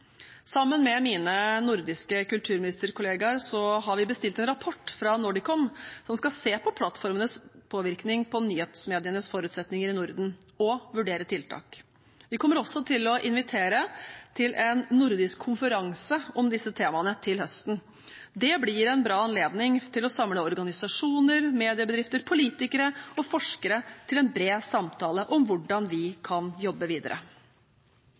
Sammen med mine nordiske kulturministerkollegaer har vi bestilt en rapport fra Nordicom som skal se på plattformenes påvirkning på nyhetsmedienes forutsetninger i Norden, og vurdere tiltak. Vi kommer også til å invitere til en nordisk konferanse om disse temaene til høsten. Det blir en bra anledning til å samle organisasjoner, mediebedrifter, politikere og forskere til en bred samtale om hvordan vi kan jobbe videre.